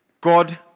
God